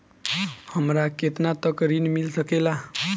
हमरा केतना तक ऋण मिल सके ला?